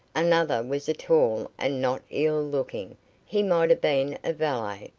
another was tall and not ill-looking he might have been a valet,